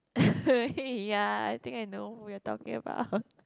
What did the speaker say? ya I think I know who you are talking about